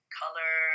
color